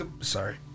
Sorry